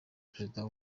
perezida